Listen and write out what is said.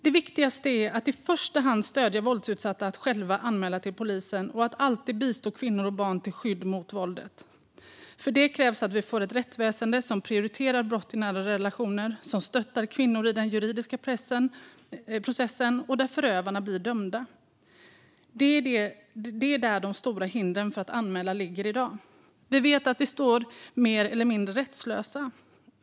Det viktigaste är att i första hand stödja våldsutsatta att själva anmäla till polisen och att alltid bistå kvinnor och barn med skydd mot våldet. För det krävs att vi får ett rättsväsen som prioriterar brott i nära relationer och som stöttar kvinnor i den juridiska processen, där förövarna blir dömda. Det är här de stora hindren för att anmäla finns i dag. Vi vet att man står mer eller mindre rättslös.